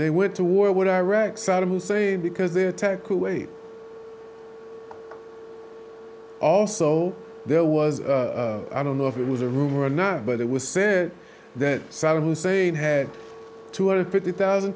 they went to war with iraq saddam hussein because they attacked kuwait also there was i don't know if it was a rumor or not but it was saying that saddam hussein had two hundred fifty thousand